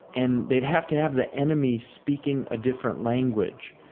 and they'd have to have the enemy speaking a different language.